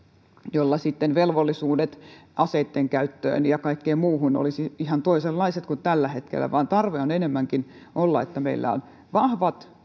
joilla sitten velvollisuudet aseitten käyttöön ja kaikkeen muuhun olisivat ihan toisenlaiset kuin tällä hetkellä tarve on enemmänkin että meillä on vahvat